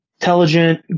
intelligent